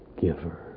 giver